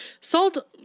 Salt